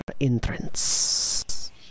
entrance